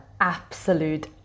absolute